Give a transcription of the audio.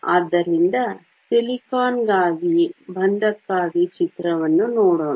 ಆದ್ದರಿಂದ ಸಿಲಿಕಾನ್ ಗಾಗಿ ಬಂಧಕ್ಕಾಗಿ ಚಿತ್ರವನ್ನು ನೋಡೋಣ